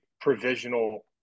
provisional